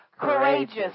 courageous